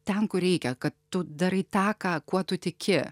ten kur reikia kad tu darai tą ką kuo tu tiki